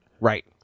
Right